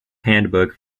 handbook